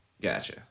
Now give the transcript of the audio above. Gotcha